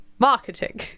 Marketing